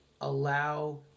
allow